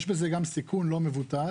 יש בזה גם סיכון לא מבוטל,